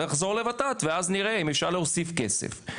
נחזור לות"ת ואז נראה אם אפשר להוסיף כסף.